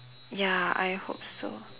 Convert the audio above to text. ya I hope so